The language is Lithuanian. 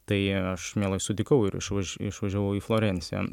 tai aš mielai sutikau ir išvaž išvažiavau į florenciją